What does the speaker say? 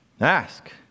Ask